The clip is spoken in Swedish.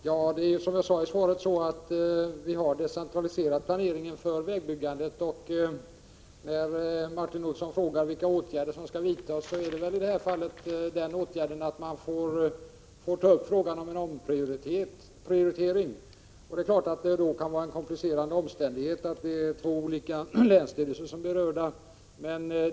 Herr talman! Som jag sade i svaret har vi decentraliserat planeringen för vägbyggandet. När Martin Olsson frågar vilka åtgärder som skall vidtas gäller det i det här fallet att ta upp frågan om en omprioritering. Det är klart att det då kan vara en komplicerande omständighet att det är två olika länsstyrelser som är berörda.